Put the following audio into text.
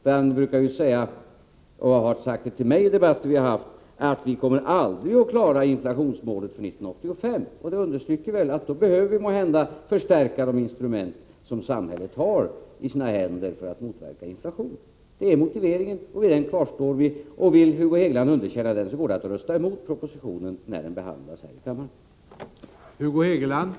Han brukar ju säga, och har sagt det till mig i debatter vi har haft, att vi aldrig kommer att klara inflationsmålet för 1985. Detta understryker väl att vi då måhända behöver förstärka de instrument som samhället har i sina händer för att motverka inflationen. Detta är motiveringen, och vid den kvarstår vi. Vill Hugo Hegeland underkänna den går det att rösta mot propositionen när den behandlas här i kammaren.